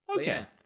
Okay